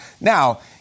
Now